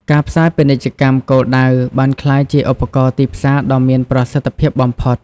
ការផ្សាយពាណិជ្ជកម្មគោលដៅ បានក្លាយជាឧបករណ៍ទីផ្សារដ៏មានប្រសិទ្ធភាពបំផុត។